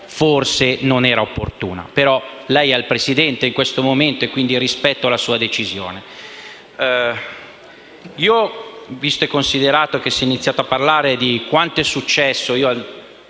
forse non era opportuna. Ma lei è la Presidente, in questo momento e quindi rispetto la sua decisione. Visto e considerato che si è iniziato a parlare di quanto è successo, io